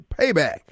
payback